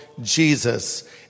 Jesus